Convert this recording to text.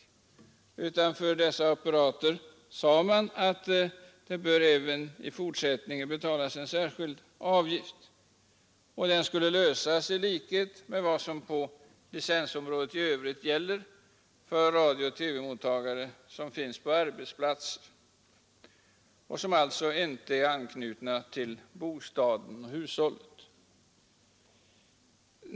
För apparater i dessa fordon sade man att det även i fortsättningen borde betalas en särskild avgift i likhet med vad som gäller för radiooch TV-mottagare på andra arbetsplatser. Sådana apparater är alltså inte anknutna till bostaden-hushållet.